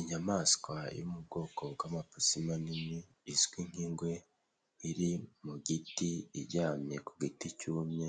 Inyamaswa yo mu bwoko bw'amapusi manini izwi nk'Ingwe iri mu giti, iryamye ku giti cyumye